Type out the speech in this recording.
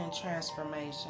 transformation